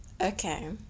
Okay